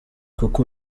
kuko